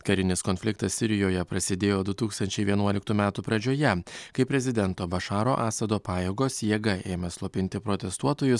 karinis konfliktas sirijoje prasidėjo du tūkstančiai vienuoliktų metų pradžioje kai prezidento bašaro asado pajėgos jėga ėmė slopinti protestuotojus